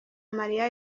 mariya